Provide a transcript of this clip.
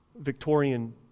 Victorian